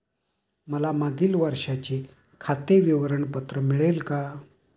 मला मागील वर्षाचे खाते विवरण पत्र मिळेल का?